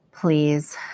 Please